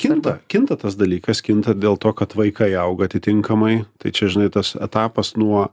kinta kinta tas dalykas kinta dėl to kad vaikai auga atitinkamai tai čia žinai tas etapas nuo